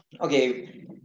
okay